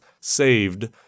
saved